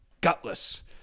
gutless